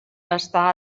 està